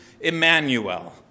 Emmanuel